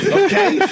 okay